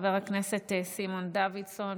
חבר הכנסת סימון דוידסון,